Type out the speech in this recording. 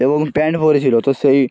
এবং প্যান্ট পরেছিলো তো সেই